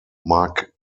mark